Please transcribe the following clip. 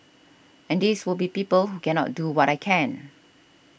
and these would be people who cannot do what I can